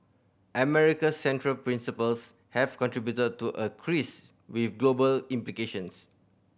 America's central principles have contributed to a with global implications